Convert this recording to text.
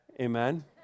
amen